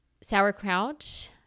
Sauerkraut